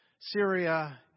Syria